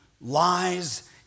lies